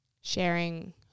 sharing